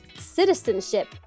citizenship